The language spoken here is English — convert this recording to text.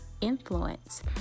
influence